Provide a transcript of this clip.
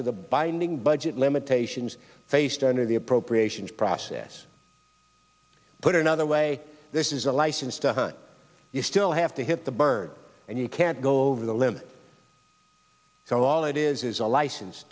to the binding budget limitations faced under the appropriations process put another way this is a license to hunt you still have to hit the bird and you can't go over the limit so all it is is a license